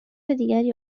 دیگری